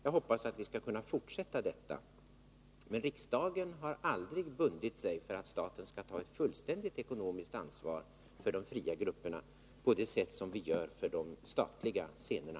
Jag hoppas att vi skall kunna fortsätta med detta. Men riksdagen har aldrig bundit sig för att staten skall ta ett fullständigt ekonomiskt ansvar för de fria grupperna, på det sätt som vi gör för de statliga scenerna.